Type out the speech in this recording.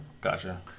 Gotcha